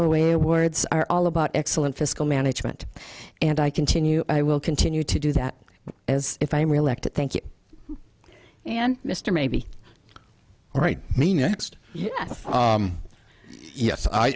four way awards are all about excellent fiscal management and i continue i will continue to do that as if i am reelected thank you and mr maybe all right me next yes i